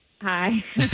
Hi